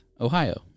Ohio